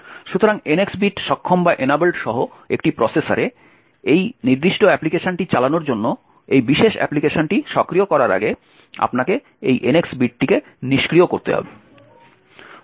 সুতরাং NX bit সক্ষম সহ একটি প্রসেসরে এই নির্দিষ্ট অ্যাপ্লিকেশনটি চালানোর জন্য এই বিশেষ অ্যাপ্লিকেশনটি সক্রিয় করার আগে আপনাকে এই NX বিটটিকে নিষ্ক্রিয় করতে হবে